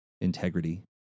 integrity